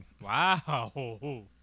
Wow